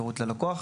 שירות ללקוח.